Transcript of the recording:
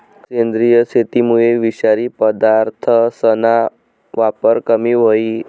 सेंद्रिय शेतीमुये विषारी पदार्थसना वापर कमी व्हयी